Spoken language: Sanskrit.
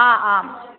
हा आम्